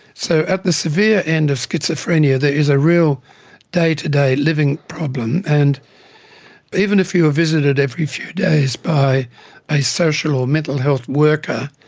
so at the severe end of schizophrenia there is a real day-to-day living problem. and even if you are visited every few days by a social or mental health worker,